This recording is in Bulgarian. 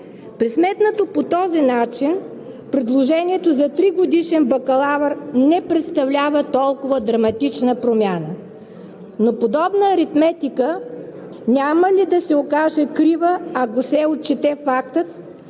Пресметнато по този начин, предложението за тригодишен „бакалавър“ не представлява толкова драматична промяна. Но подобна аритметика няма ли да се окаже крива, ако се отчете фактът,